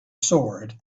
sword